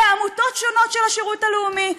בעמותות שונות של השירות הלאומי,